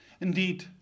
Indeed